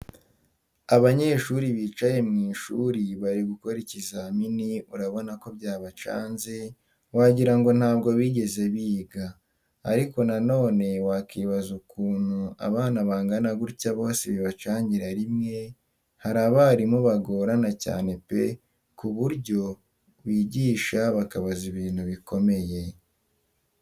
Abanyeshuri bicaye mu isuri bari gukora ibizamini urabona ko byabacanze wagira ngo ntabwo bigeze biga. Ariko nanone wakwibaza ukuntu aba bana bangana gutya bose bibacangira rimwe, hari abarimu bagorana cyane pe ku buryo bigisha bakabaza ibintu bikomeye.